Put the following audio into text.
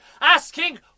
asking